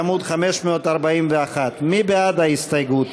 בעמוד 541. מי בעד ההסתייגות?